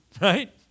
Right